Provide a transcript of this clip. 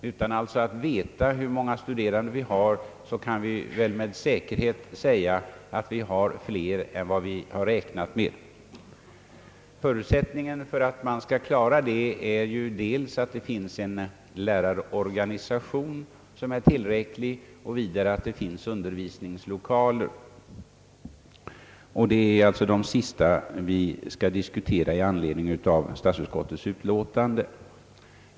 Utan att alltså exakt veta hur många studerande vi har kan vi väl med säkerhet säga att vi har fler än vi räknat med. Förutsättningen för att klara av detta är dels att det finns en tillräcklig lärarorganisation och dels att det finns undervisningslokaler. Det är detta sista vi skall diskutera i anslutning till statsutskottets utlåtande.